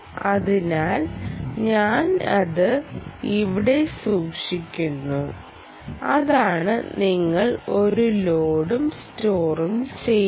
അതിനാൽ ഞാനത് ഇവിടെ സൂക്ഷിക്കുന്നു അതാണ് നിങ്ങൾ ഒരു ലോഡും സ്റ്റോറും ചെയ്യുന്നത്